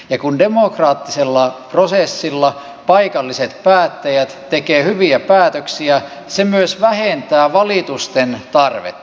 ja kun demokraattisella prosessilla paikalliset päättäjät tekevät hyviä päätöksiä se myös vähentää valitusten tarvetta